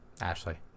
Ashley